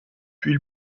puis